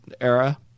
era